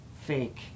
fake